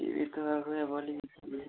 TV त खै अब अलिक